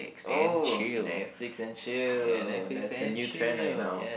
oh Netflix and chill that's the new trend right now